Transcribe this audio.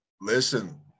listen